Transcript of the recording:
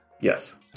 Yes